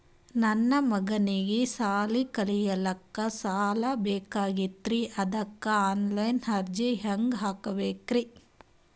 ನನ್ನ ಮಗನಿಗಿ ಸಾಲಿ ಕಲಿಲಕ್ಕ ಸಾಲ ಬೇಕಾಗ್ಯದ್ರಿ ಅದಕ್ಕ ಆನ್ ಲೈನ್ ಅರ್ಜಿ ಹೆಂಗ ಹಾಕಬೇಕ್ರಿ?